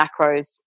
macros